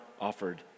offered